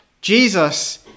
Jesus